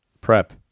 prep